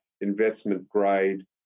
investment-grade